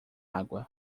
água